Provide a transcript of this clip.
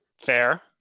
fair